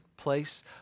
place